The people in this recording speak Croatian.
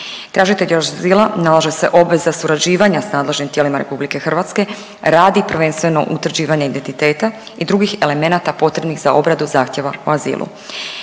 Tražitelju azila nalaže se obveza surađivanja s nadležnim tijelima RH radi prvenstveno utvrđivanja identiteta i drugih elemenata potrebnih za obradu zahtjeva o azilu.